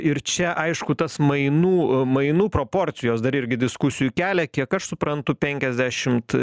ir čia aišku tas mainų mainų proporcijos dar irgi diskusijų kelia kiek aš suprantu penkiasdešimt